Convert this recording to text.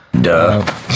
Duh